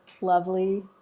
lovely